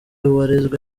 warezwe